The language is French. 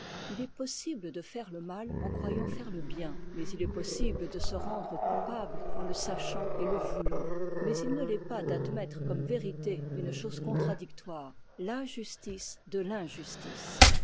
h est possible de faire le mal en croyant faire le bien il est possible de se rendre coupable en le sachant et le voulant mais il ne l'est pas d'admettre comme vérité une chose contradictoire la justice de l'injustice